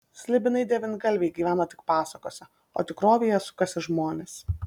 slibinai devyngalviai gyvena tik pasakose o tikrovėje sukasi žmonės